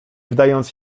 wdając